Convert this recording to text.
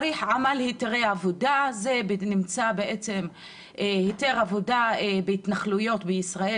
היתרי עבודה היתר עבודה בהתנחלויות בישראל